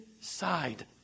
side